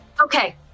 Okay